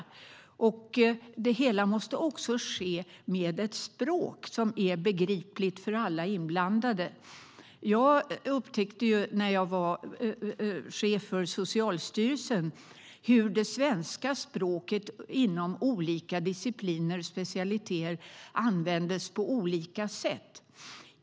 Det hela måste också ske med ett språk som är begripligt för alla inblandade. När jag var chef för Socialstyrelsen upptäckte jag hur det svenska språket inom olika discipliner och specialiteter användes på olika sätt.